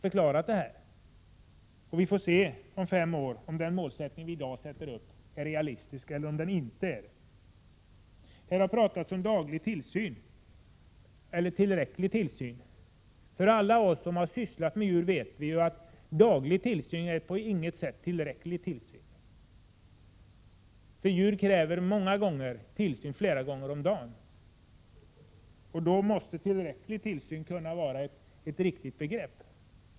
Om fem år får vi alltså se om den målsättning som vi i dag sätter upp är realistisk eller inte. Det har här talats om daglig tillsyn resp. om tillräcklig tillsyn. Alla vi som har sysslat med djur vet att daglig tillsyn på inget sätt är tillräcklig tillsyn. Djur kräver tillsyn flera gånger om dagen, och därför måste ”tillräcklig tillsyn” här vara ett tillämpligt begrepp.